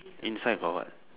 inside got what